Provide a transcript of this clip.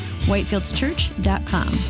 whitefieldschurch.com